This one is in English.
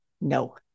No